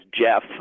Jeff